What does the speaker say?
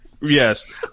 Yes